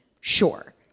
Sure